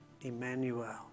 Emmanuel